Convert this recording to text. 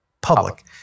public